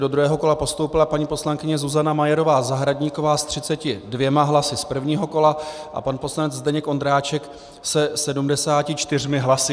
Do druhého kola postoupila paní poslankyně Zuzana Majerová Zahradníková s 32 hlasy z prvního kola a pan poslanec Zdeněk Ondráček se 74 hlasy.